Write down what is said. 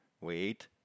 wait